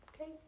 Okay